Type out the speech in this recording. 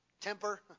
temper